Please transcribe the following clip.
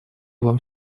вам